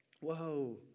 Whoa